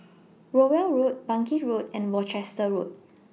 Rowell Road Bangkit Road and Worcester Road